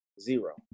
zero